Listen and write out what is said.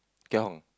Keat-Hong